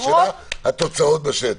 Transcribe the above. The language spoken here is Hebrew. השאלה היא על התוצאות בשטח.